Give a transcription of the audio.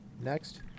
Next